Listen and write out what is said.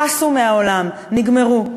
פסו מהעולם, נגמרו.